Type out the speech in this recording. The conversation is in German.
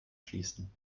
schließen